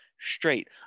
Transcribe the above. straight